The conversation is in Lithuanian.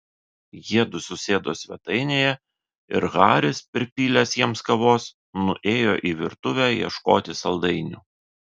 jiedu susėdo svetainėje ir haris pripylęs jiems kavos nuėjo į virtuvę ieškoti saldainių